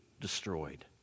destroyed